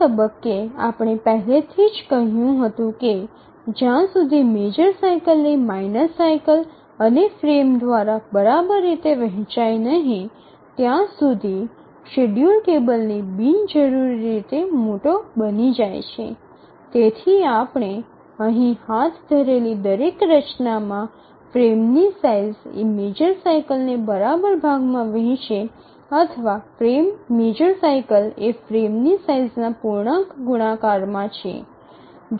આ તબક્કે આપણે પહેલેથી જ કહ્યું હતું કે જ્યાં સુધી મેજર સાઇકલ એ માઇનર સાઇકલ અને ફ્રેમ દ્વારા બરાબર રીતે વહેચાય નહીં ત્યાં સુધી શેડ્યૂલ ટેબલની બિનજરૂરી રીતે મોટો બની જાય છે તેથી આપણે અહીં હાથ ધરેલી દરેક રચનામાં ફ્રેમની સાઇઝ એ મેજર સાઇકલને બરાબર ભાગમાં વહેચે અથવા મેજર સાઇકલ એ ફ્રેમની સાઇઝના પૂર્ણાંક ગુણાકાર માં છે